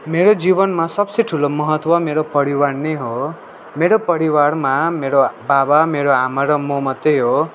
मेरो जीवनमा सबसे ठुलो महत्त्व मेरो परिवार नै हो मेरो परिवारमा मेरो बाबा मेरो आमा र म मात्रै हो